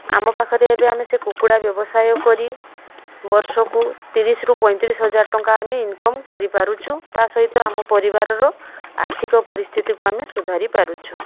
ଆମ ପାଖରେ ଏବେ ଆମେ ସେ କୁକୁଡ଼ା ବ୍ୟବସାୟ କରି ବର୍ଷକୁ ତିରିଶରୁ ପଇଁତିରିଶ ହଜାର ଟଙ୍କା ଆମେ ଇନ୍କମ୍ କରିପାରୁଛୁ ତା'ସହିତ ଆମ ପରିବାରର ଆର୍ଥିକ ପରିସ୍ଥିତିକୁ ଆମେ ସୁଧାରି ପାରିଛୁ